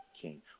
king